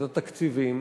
את התקציבים,